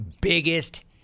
biggest